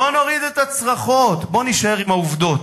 בוא נוריד את הצרחות, בוא נישאר עם העובדות.